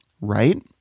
right